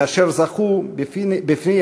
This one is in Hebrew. ואשר זכו בפי